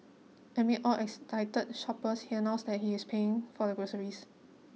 amid all excited shoppers he announced that he is paying for the groceries